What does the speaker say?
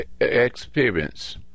experience